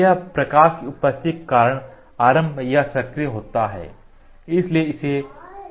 यह प्रकाश की उपस्थिति के कारण आरंभ या सक्रिय होता है इसलिए इसे फोटोपॉलीमराइज़ेशन कहा जाता है